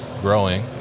growing